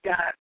God